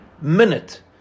minute